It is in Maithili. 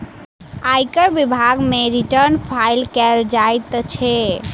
आयकर विभाग मे रिटर्न फाइल कयल जाइत छै